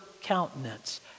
countenance